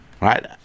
right